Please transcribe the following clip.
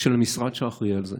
של המשרד שאחראי לזה,